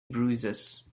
bruises